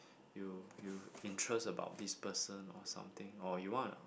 you you interest about this person or something or you wanna